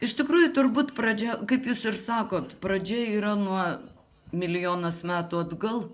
iš tikrųjų turbūt pradžia kaip jūs ir sakot pradžia yra nuo milijonas metų atgal